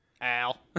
Al